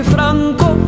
Franco